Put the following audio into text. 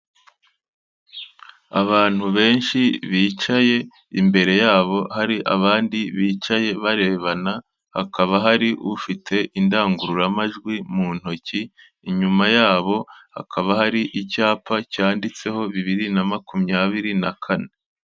Abantu benshi bicaye, imbere yabo hari abandi bicaye barebana, hakaba hari ufite indangururamajwi mu ntoki, inyuma yabo hakaba hari icyapa cyanditseho bibiri na makumyabiri na kane.